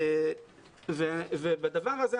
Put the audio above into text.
בדבר הזה,